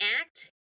act